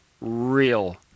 real